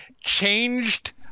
changed